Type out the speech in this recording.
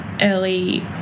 early